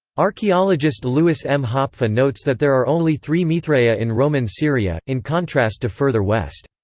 archaeologist lewis m. hopfe notes that there are only three mithraea in roman syria, in contrast to further west.